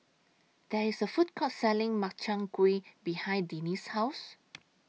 There IS A Food Court Selling Makchang Gui behind Denise's House